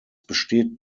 besteht